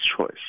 choice